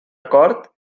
acord